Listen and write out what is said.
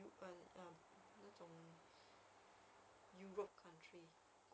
不懂 leh A level leh because in when I